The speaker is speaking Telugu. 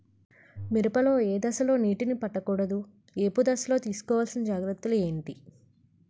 మిరప లో ఏ దశలో నీటినీ పట్టకూడదు? ఏపు దశలో తీసుకోవాల్సిన జాగ్రత్తలు ఏంటి?